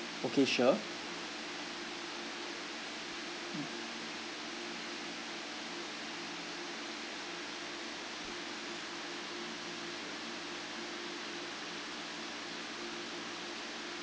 okay sure mm